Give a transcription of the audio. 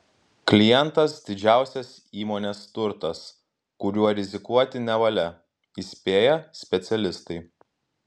klientas didžiausias įmonės turtas kuriuo rizikuoti nevalia įspėja specialistai